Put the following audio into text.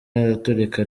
araturika